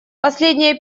последние